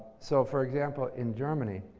so, for example in germany.